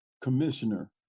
commissioner